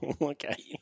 Okay